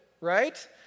right